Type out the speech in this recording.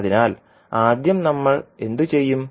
അതിനാൽ ആദ്യം നമ്മൾ എന്തു ചെയ്യും